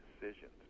decisions